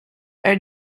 are